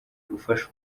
gufasha